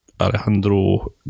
Alejandro